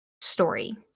story